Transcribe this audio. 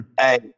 hey